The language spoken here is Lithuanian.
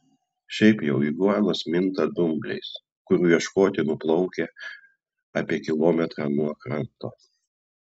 šiaip jau iguanos minta dumbliais kurių ieškoti nuplaukia apie kilometrą nuo kranto